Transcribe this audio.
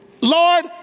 Lord